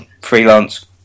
freelance